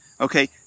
okay